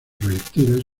proyectiles